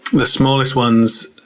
the smallest ones,